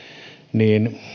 niin